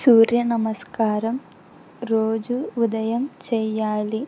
సూర్యనమస్కారం రోజు ఉదయం చెయ్యాలి